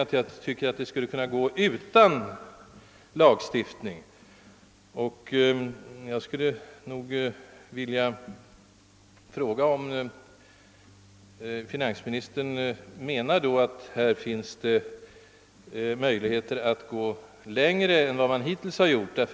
Jag tyckte att saken skulle kunna ordnas utan lagstiftning, och jag vill fråga om finansministern menar att det nu finns möjligheter att gå längre på den vägen än man hittills gjort.